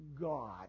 God